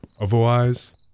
Otherwise